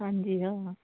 ਹਾਂਜੀ ਹਾਂ